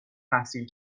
تحصیل